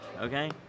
okay